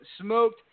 Smoked